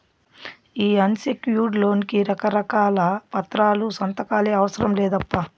ఈ unsecured loan కి రకారకాల పత్రాలు, సంతకాలే అవసరం లేదప్పా